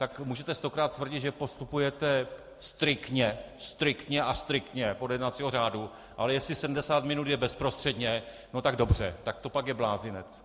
Tak můžete stokrát tvrdit, že postupujete striktně, striktně a striktně podle jednacího řádu, ale jestli 70 minut je bezprostředně, no tak dobře, to pak je blázinec.